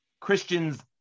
Christians